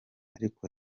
ariko